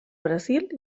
brasil